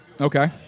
Okay